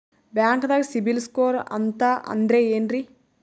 ಬ್ಯಾಂಕ್ದಾಗ CIBIL score ಅಂತ ಅಂದ್ರೆ ಏನ್ರೀ?